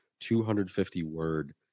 250-word